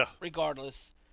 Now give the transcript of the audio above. regardless